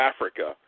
Africa